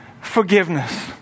forgiveness